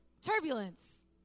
Turbulence